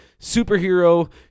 superhero